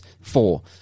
four